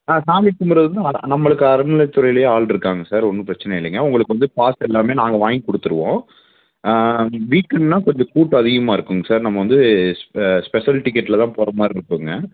ஆ சாமி கும்பிட்றதுனா நம்மளுக்கு அறநிலைத்துறையில ஆள் இருக்காங்க சார் ஒன்றும் பிரச்சனை இல்லைங்க உங்களுக்கு வந்து பாஸ் எல்லாமே நாங்க வாங்கி கொடுத்துருவோம் வீக்கென்ட்ன்னா கொஞ்சம் கூட்டம் அதிகமாக இருக்குங்க சார் நம்ம வந்து ஸ்பெஷல் டிக்கட்ல தான் போறமாதிரிருக்குங்க